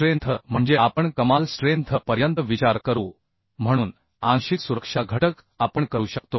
strength म्हणजे आपण कमाल स्ट्रेंथ पर्यंत विचार करू म्हणून आंशिक सुरक्षा घटक आपण करू शकतो